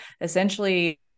essentially